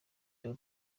kiri